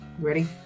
Ready